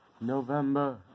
November